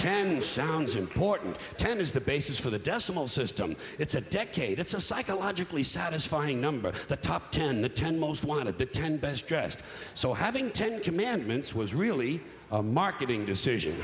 ten sounds important ten is the basis for the decimal system it's a decade it's a psychologically satisfying number the top ten the ten most wanted the ten best dressed so having ten commandments was really a marketing decision